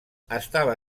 estava